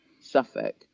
Suffolk